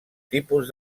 tipus